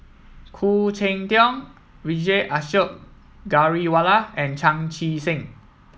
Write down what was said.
Khoo Cheng Tiong Vijesh Ashok Ghariwala and Chan Chee Seng